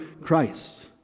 Christ